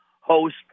host